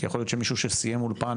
כי יכול להיות שמישהו שסיים אולפן